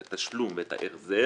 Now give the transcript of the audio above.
את התשלום ואת ההחזר,